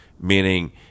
meaning